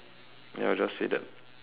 then I'll just say that